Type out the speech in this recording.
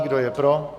Kdo je pro?